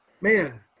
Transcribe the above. man